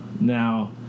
Now